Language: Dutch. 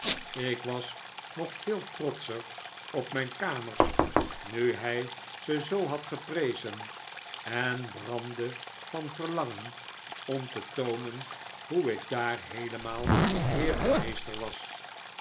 ik was nog veel trotscher pp mijn kamers nu hij ze zoo had geprezen en brandde van verlangen om te toonen hoe ik daar heelemaal heer en meester was